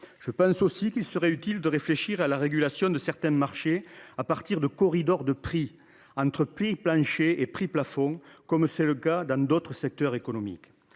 Il serait également utile de réfléchir à la régulation de certains marchés à partir de corridors de prix, entre prix plancher et prix plafond, comme c’est le cas dans d’autres secteurs économiques.